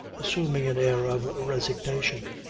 assuming an air of resignation.